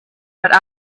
but